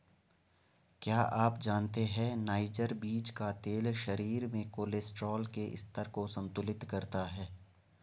क्या आप जानते है नाइजर बीज का तेल शरीर में कोलेस्ट्रॉल के स्तर को संतुलित करता है?